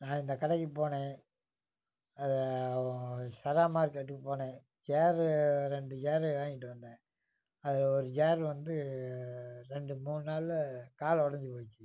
நான் அந்த கடைக்கு போனேன் அது சரா மார்க்கெட்டுக்கு போனேன் சேரு ரெண்டு சேரு வாங்கிட்டு வந்தேன் அதில் ஒரு சேரு வந்து ரெண்டு மூணு நாளில் காலு உடஞ்சி போச்சு